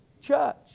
church